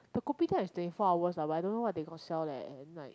the kopitiam is twenty four hours ah but I don't know what they got sell leh at night